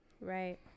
Right